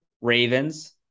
ravens